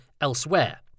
elsewhere